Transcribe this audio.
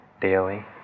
daily